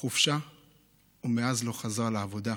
חופשה ומאז לא חזרה לעבודה.